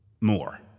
more